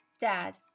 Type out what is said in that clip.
Dad